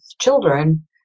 children